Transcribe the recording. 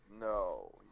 No